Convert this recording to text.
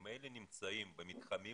הם ממילא נמצאים במתחמים